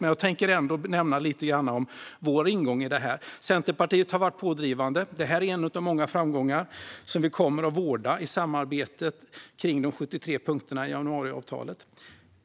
Men jag tänker ändå nämna lite om vår ingång i detta. Centerpartiet har varit pådrivande. Detta är en av många framgångar som vi kommer att vårda i samarbetet kring de 73 punkterna i januariavtalet.